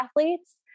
athletes